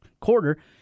quarter